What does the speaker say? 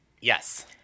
Yes